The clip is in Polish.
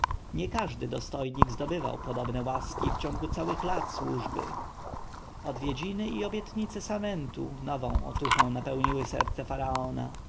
nie każdy dostojnik zdobywał podobne łaski w ciągu całych lat służby odwiedziny i obietnice samentu nową otuchą napełniły serce